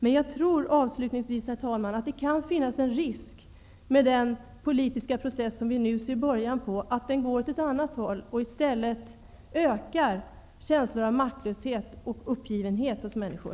Men jag tror, herr talman, att det kan finnas en risk att den politiska process som vi nu ser början på går åt ett annat håll och i stället ökar känslan av maktlöshet och uppgivenhet hos människor.